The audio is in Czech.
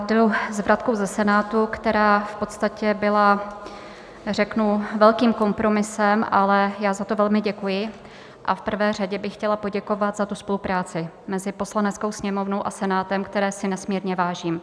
Jdu s vratkou ze Senátu, která v podstatě byla řeknu velkým kompromisem, ale já za to velmi děkuji a v prvé řadě bych chtěla poděkovat za spolupráci mezi Poslaneckou sněmovnou a Senátem, které si nesmírně vážím.